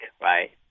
right